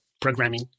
programming